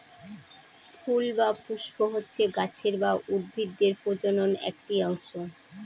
ফুল বা পুস্প হচ্ছে গাছের বা উদ্ভিদের প্রজনন একটি অংশ